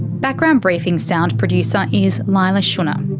background briefing's sound producer is leila shunnar.